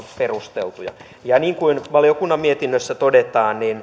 perusteltuja niin kuin valiokunnan mietinnössä todetaan